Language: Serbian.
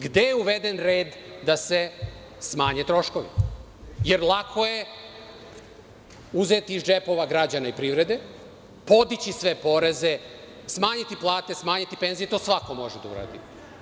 Gde je uveden red da se smanje troškovi jer lako je uzeti iz džepova građana i privrede, podići sve poreze, smanjiti plate, smanjiti penzije, to svako može da uradi.